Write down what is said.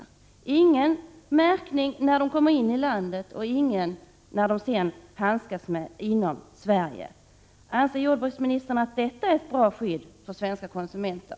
De blir inte märkta när de kommer in i landet och inte när man sedan handskas med dem inom Sverige. Anser jordbruksministern att detta är ett bra skydd för svenska konsumenter?